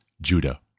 Judah